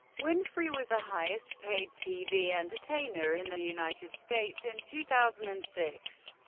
winfrey was the highest paid tv entertainer in the united states in two thousand and six,